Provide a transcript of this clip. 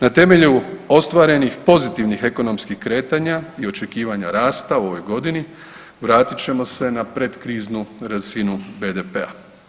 Na temelju ostvarenih pozitivnih ekonomskih kretanja i očekivanja rasta u ovoj godini, vratit ćemo se na predkrizu razinu BDP-a.